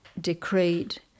decreed